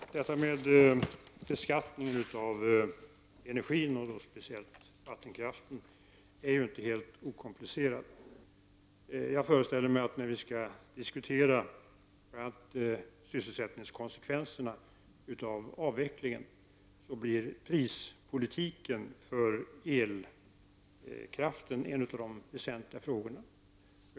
Fru talman! Frågan om beskattning av energi och särskilt vattenkraft är inte helt okomplicerad. Jag föreställer mig att när vi skall diskutera bl.a. sysselsättningskonsekvenserna av avvecklingen blir prispolitiken för elkraften en av de väsentligaste frågorna.